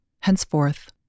Henceforth